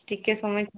ଟିକେ ସମୟ